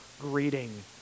greeting